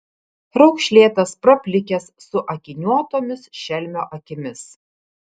raukšlėtas praplikęs su akiniuotomis šelmio akimis